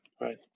right